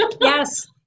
Yes